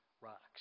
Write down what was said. rocks